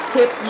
Tip